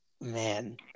man